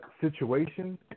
situation